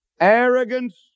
arrogance